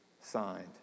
signed